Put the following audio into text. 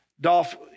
Dolph